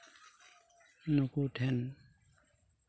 ᱱᱩᱠᱩ ᱴᱷᱮᱱ